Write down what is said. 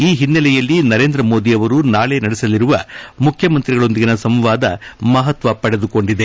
ಈ ಓನ್ನೆಲೆಯಲ್ಲಿ ನರೇಂದ್ರ ಮೋದಿ ಅವರು ನಾಳೆ ನಡೆಸಲಿರುವ ಮುಖ್ಯಮಂತ್ರಿಗಳೊಂದಿಗಿನ ಸಂವಾದ ಮಪತ್ವ ಪಡೆದುಕೊಂಡಿದೆ